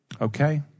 Okay